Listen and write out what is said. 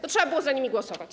To trzeba było za tym głosować.